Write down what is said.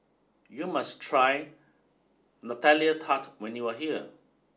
you must try Nutella Tart when you are here